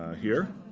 here.